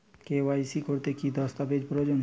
KYC করতে কি দস্তাবেজ প্রয়োজন?